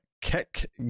Kick